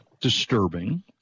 Disturbing